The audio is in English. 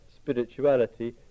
spirituality